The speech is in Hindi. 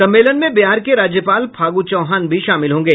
सम्मेलन में बिहार के राज्यपाल फागू चौहान भी शामिल होंगे